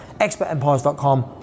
expertempires.com